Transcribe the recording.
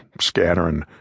scattering